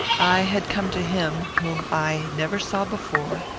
i had come to him, whom i never saw before,